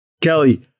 Kelly